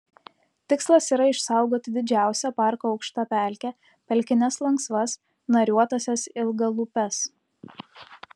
tikslas yra išsaugoti didžiausią parko aukštapelkę pelkines lanksvas nariuotąsias ilgalūpes